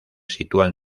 sitúan